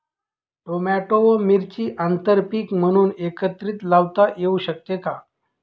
Tomato व मिरची आंतरपीक म्हणून एकत्रित लावता येऊ शकते का?